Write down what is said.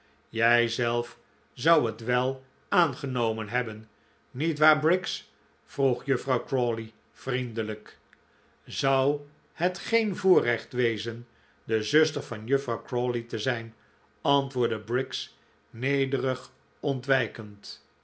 jijzelf zou het wel aangenomen hebben niet waar briggs vroeg juffrouw crawley vriendelijk zou het geen voorrecht wezen de zuster van juffrouw crawley te zijn antwoordde briggs nederig ontwijkend